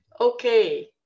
Okay